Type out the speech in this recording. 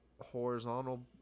horizontal